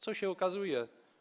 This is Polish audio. Co się okazuje?